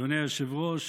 אדוני היושב-ראש,